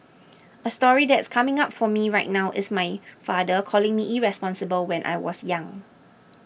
a story that's coming up for me right now is my father calling me irresponsible when I was young